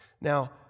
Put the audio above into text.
Now